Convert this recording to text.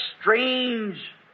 strange